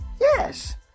Yes